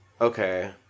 okay